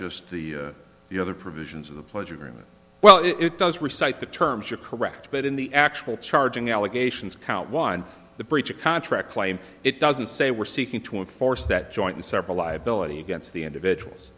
just the the other provisions of the pledge agreement well it does recites the terms are correct but in the actual charging allegations count one the breach of contract claim it doesn't say we're seeking to enforce that joint and several liability against the individuals